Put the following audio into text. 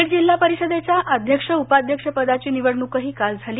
बीड जिल्हा परिषदेच्या अध्यक्ष उपाध्यक्षपदाची निवडणुकही काल झाली